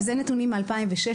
ואלה נתונים מ-2016,